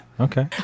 Okay